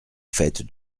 faite